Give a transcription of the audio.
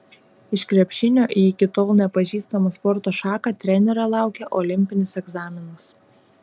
iš krepšinio į iki tol nepažįstamą sporto šaką trenerio laukia olimpinis egzaminas